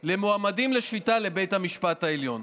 דרעי, אינו משתתף בהצבעה צבי האוזר,